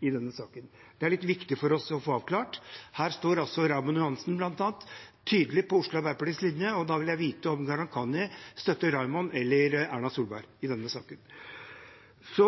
i denne saken. Det er litt viktig for oss å få avklart. Her står Raymond Johansen bl.a. tydelig på Oslo Arbeiderpartis linje, og da vil jeg vite om Gharahkhani støtter Raymond eller Erna Solberg i denne saken. Så